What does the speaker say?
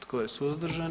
Tko je suzdržan?